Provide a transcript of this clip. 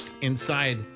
inside